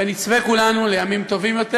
ונצפה כולנו לימים טובים יותר.